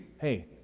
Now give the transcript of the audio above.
Hey